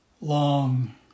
long